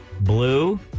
blue